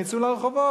הם יצאו לרחובות.